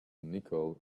nicole